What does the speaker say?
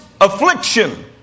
affliction